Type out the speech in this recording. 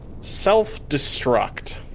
self-destruct